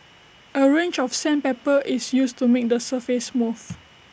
A range of sandpaper is used to make the surface smooth